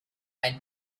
ein